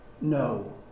no